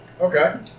Okay